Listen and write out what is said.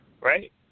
right